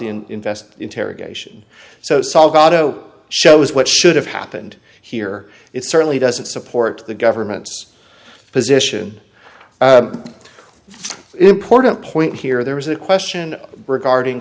in investment interrogation so salgado shows what should have happened here it certainly doesn't support the government's position important point here there was a question regarding